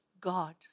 God